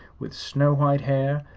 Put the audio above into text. with snow-white hair,